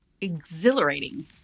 exhilarating